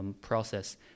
Process